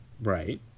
Right